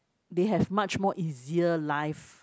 they have much more easier life